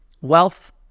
wealth